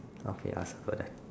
okay I'll circle that